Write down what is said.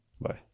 Bye